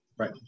Right